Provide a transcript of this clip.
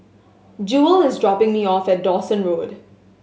Jewel is dropping me off at Dawson Road